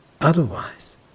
Otherwise